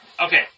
Okay